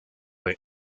del